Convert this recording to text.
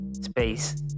space